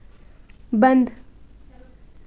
बंद